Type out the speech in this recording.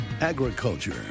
Agriculture